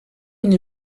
une